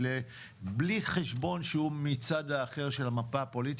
בלי חשבון שהוא מצד האחר של המפה הפוליטית,